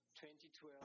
2012